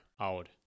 out